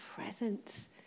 presence